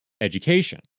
Education